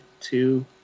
two